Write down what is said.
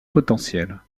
potentiel